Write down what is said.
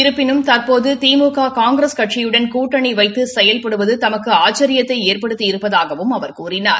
இருப்பினும் தற்போது திமுக காங்கிரஸ் கட்சியுடன் கூட்டனி வைத்து செயல்படுவது தமக்கு ஆட்சேபத்தை ஏற்படுத்தி இருப்பதாகவும் அவர் கூறினார்